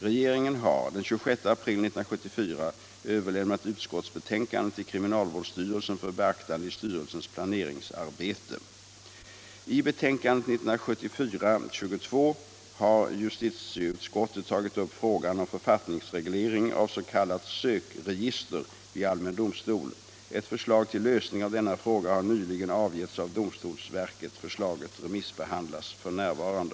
Regeringen har den 26 april 1974 överlämnat utskottsbetänkandet till kriminalvårdsstyrelsen för beaktande i styrelsens planeringsarbete. I betänkandet 1974:22 har justitieutskottet tagit upp frågan om för 173 fattningsreglering av s.k. sökregister vid allmän domstol. Ett förslag till lösning av denna fråga har nyligen avgetts av domstolsverket. Förslaget remissbehandlas f.n.